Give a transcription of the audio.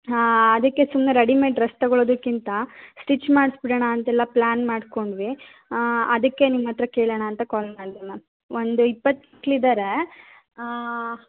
ಹಾಂ ಅದಕ್ಕೆ ಸುಮ್ಮನೆ ರೆಡಿಮೇಡ್ ಡ್ರಸ್ ತೊಗೊಳ್ಳೋದಕ್ಕಿಂತ ಸ್ಟಿಚ್ ಮಾಡ್ಸಿ ಬಿಡೋಣ ಅಂತೆಲ್ಲ ಪ್ಲಾನ್ ಮಾಡಿಕೊಂಡ್ವಿ ಅದಕ್ಕೆ ನಿಮ್ಮ ಹತ್ತಿರ ಕೇಳೋಣ ಅಂತ ಕಾಲ್ ಮಾಡಿದೆ ಮ್ಯಾಮ್ ಒಂದು ಇಪ್ಪತ್ತು ಇದ್ದಾರೆ